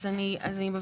אז אני מבהירה.